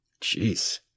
Jeez